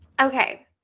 Okay